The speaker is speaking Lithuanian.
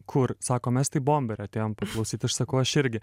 kur sako mes tai bomberio atėjom paklausyti aš sakau aš irgi